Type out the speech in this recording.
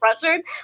pressured